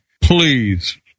Please